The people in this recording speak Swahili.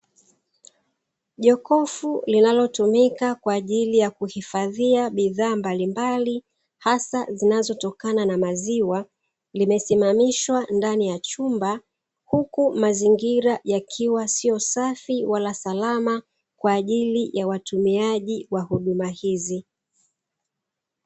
Jokofu linalotumika kwajili ya kuhifadhia bidhaa mbalimbali hasa zinazotokana na maziwa, limesimamaishwa ndani ya chumba huku mazingira yakiwa sio safi wala salama kwaajili ya watumiaji wa huduma hizi.